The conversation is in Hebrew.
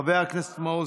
חבר הכנסת מעוז,